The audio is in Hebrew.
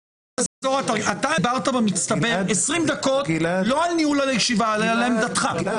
אתה דיברת במצטבר עשרים דקות לא על ניהול הישיבה אלא על עמדתך.